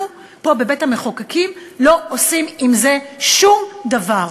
פה בבית-המחוקקים לא עושים עם זה שום דבר,